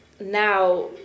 now